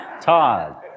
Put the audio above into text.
Todd